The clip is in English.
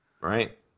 Right